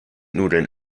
nudeln